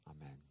Amen